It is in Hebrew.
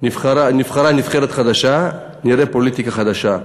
נבחרה נבחרת חדשה, נראה פוליטיקה חדשה.